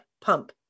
pump